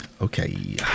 Okay